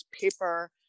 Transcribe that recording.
paper